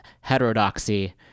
heterodoxy